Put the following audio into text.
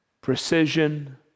precision